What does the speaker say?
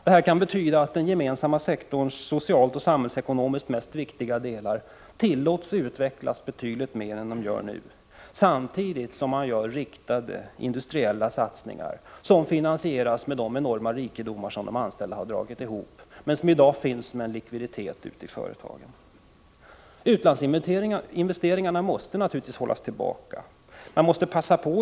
Det betyder att den gemensamma sektorns socialt och samhällsekonomiskt värdefullaste delar måste få utvecklas betydligt mer än nu, samtidigt som man gör riktade industriella satsningar, vilka finansieras med de enorma rikedomar som de anställda har dragit ihop men som i dag finns som en likviditet ute i företagen. Utlandsinvesteringarna måste hållas tillbaka.